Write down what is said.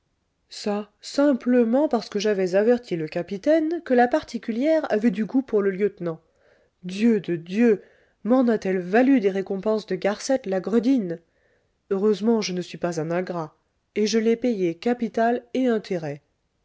ça simplement parce que j'avais averti le capitaine que la particulière avait du goût pour le lieutenant dieu de dieu m'en a-t-elle valu des récompenses de garcettes la gredine heureusement je ne suis pas un ingrat et et je l'ai payée capital et intérêts